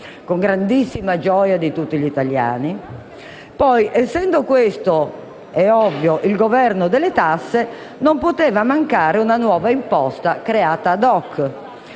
con immensa gioia di tutti gli italiani). Poi, essendo questo il Governo delle tasse, non poteva mancare una nuova imposta creata *ad hoc*.